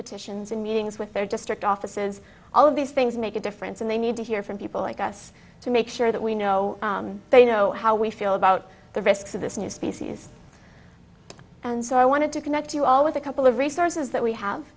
petitions and meetings with their district offices all of these things make a difference and they need to hear from people like us to make sure that we know they know how we feel about the risks of this new species and so i wanted to connect you all with a couple of resources that we have